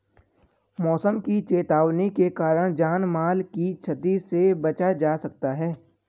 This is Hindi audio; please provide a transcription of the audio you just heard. मौसम की चेतावनी के कारण जान माल की छती से बचा जा सकता है